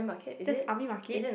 that's army market